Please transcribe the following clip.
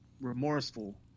remorseful